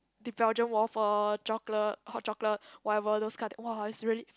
the Belgian waffle chocolate hot chocolate whatever those kind !wah! is really